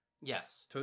Yes